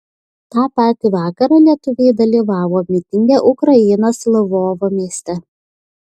tą patį vakarą lietuviai dalyvavo mitinge ukrainos lvovo mieste